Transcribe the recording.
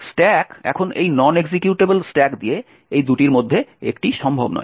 stack এখন এই non executable stack দিয়ে এই দুটির মধ্যে একটি সম্ভব নয়